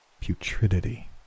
putridity